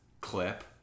clip